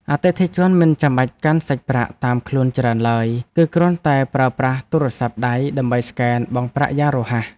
អតិថិជនមិនចាំបាច់កាន់សាច់ប្រាក់តាមខ្លួនច្រើនឡើយ គឺគ្រាន់តែប្រើប្រាស់ទូរស័ព្ទដៃដើម្បីស្កែនបង់ប្រាក់យ៉ាងរហ័ស។